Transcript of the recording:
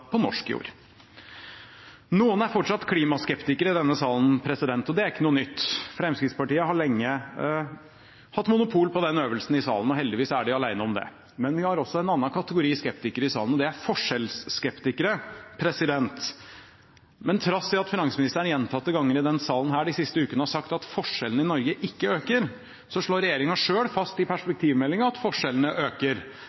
på norsk jord. Noen er fortsatt klimaskeptikere i denne salen, og det er ikke noe nytt. Fremskrittspartiet har lenge hatt monopol på den øvelsen i salen, og heldigvis er de alene om det. Men vi har også en annen kategori skeptikere i salen, og det er forskjellsskeptikere. Trass i at finansministeren gjentatte ganger i denne salen de siste ukene har sagt at forskjellene i Norge ikke øker, slår regjeringen selv fast i